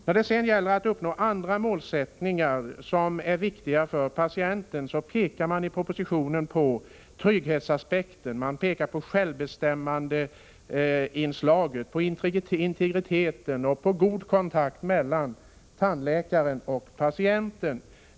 När det gäller målsättningar som är viktiga för patienten pekar man i propositionen på trygghetsaspekten, på självbestämmandeinslaget, på integriteten och på god kontakt mellan tandläkaren och patienten.